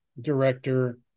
Director